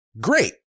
great